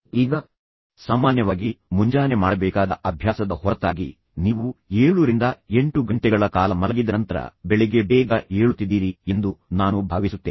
ಈಗ ನೀವು ಸಾಮಾನ್ಯವಾಗಿ ಮುಂಜಾನೆ ಮಾಡಬೇಕಾದ ಅಭ್ಯಾಸದ ಹೊರತಾಗಿ ನೀವು 7 ರಿಂದ 8 ಗಂಟೆಗಳ ಕಾಲ ಮಲಗಿದ ನಂತರ ಬೆಳಿಗ್ಗೆ ಬೇಗ ಏಳುತ್ತಿದ್ದೀರಿ ಎಂದು ನಾನು ಭಾವಿಸುತ್ತೇನೆ